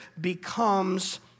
becomes